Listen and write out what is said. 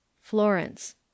Florence